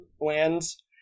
lands